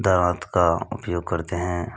दाँत का उपयोग करते हैं